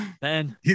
Ben